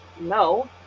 No